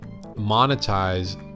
monetize